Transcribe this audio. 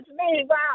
wow